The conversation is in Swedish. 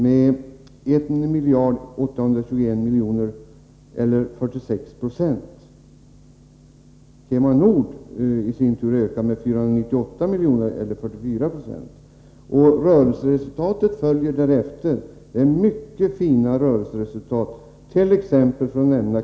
Det var en ökning med 1 821 000 000 kr., eller 46 90. Kema Nord i sin tur ökade sin försäljning med 498 milj.kr., eller 44 90. Rörelseresultatet blir därefter. Det är fråga om mycket fina rörelseresultat. Jag kan t.ex. nämna Kema Nord.